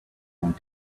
went